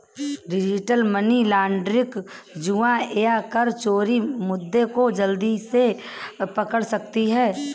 digital money laundering, जुआ या कर चोरी मुद्दे को जल्दी से पकड़ सकती है